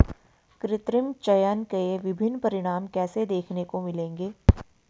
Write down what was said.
कृत्रिम चयन के विभिन्न परिणाम कैसे देखने को मिलेंगे?